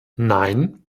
nein